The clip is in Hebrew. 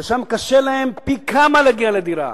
ושם קשה להם פי כמה להגיע לדירה.